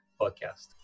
podcast